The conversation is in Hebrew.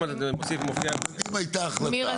אם הייתה החלטה